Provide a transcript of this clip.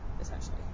essentially